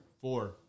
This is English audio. Four